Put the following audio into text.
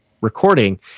recording